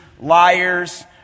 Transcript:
liars